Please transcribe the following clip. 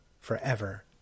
forever